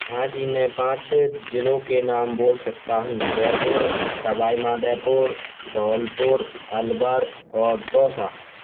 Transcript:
हाँ जी मैं पाँच छः जिलों के नाम बोल सकता हूँ जयपुर सवाई माधोपुर धौलपुर अलवर और दौसा